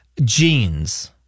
Jeans